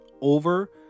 over